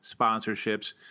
sponsorships